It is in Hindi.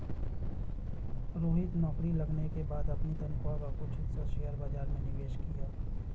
रोहित नौकरी लगने के बाद अपनी तनख्वाह का कुछ हिस्सा शेयर बाजार में निवेश किया